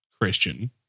Christian